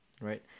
right